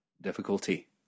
difficulty